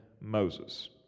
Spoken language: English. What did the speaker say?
Moses